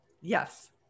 Yes